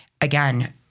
again